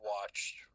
watched